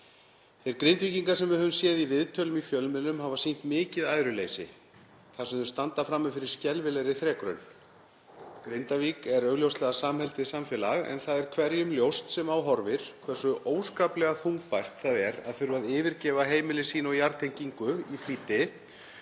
Þeir Grindvíkingar sem við höfum séð í viðtölum í fjölmiðlum hafa sýnt mikið æðruleysi þar sem þeir standa frammi fyrir skelfilegri þrekraun. Grindavík er augljóslega samheldið samfélag en það er hverjum ljóst sem á horfir hversu óskaplega þungbært það er að þurfa að yfirgefa heimili sín og jarðtengingu í flýti